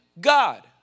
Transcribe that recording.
God